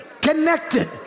connected